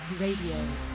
Radio